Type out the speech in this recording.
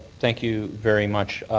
thank you very much.